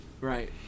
Right